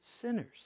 sinners